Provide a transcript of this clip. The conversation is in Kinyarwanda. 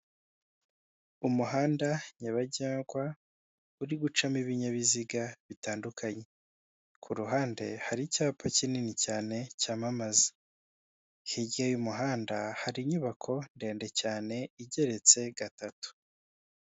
Umuhanda nyabagendwa uri gucamo ibinyabiziga bitandukanye, ku ruhande hari icyapa kinini cyane cyamamaza, hirya y'umuhanda hari inyubako ndende cyane igeretse gatatu.